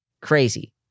Crazy